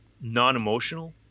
non-emotional